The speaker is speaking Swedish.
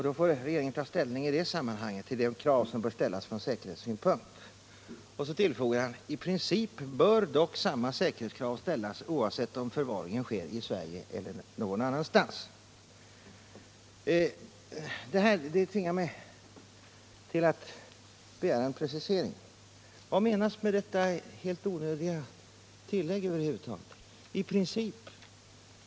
Då får regeringen ta ställning till de krav som får ställas ur säkerhetssynpunkt. Sedan tillfogar han: ”I princip bör dock samma säkerhetskrav ställas oavsett om förvaringen sker i Sverige eller någon annanstans.” Detta tvingar mig att begära en precisering. Vad menas med det helt onödiga tillägget av orden ”i princip”?